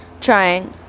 trying